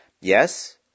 Yes